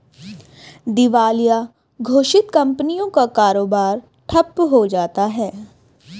दिवालिया घोषित कंपनियों का कारोबार ठप्प हो जाता है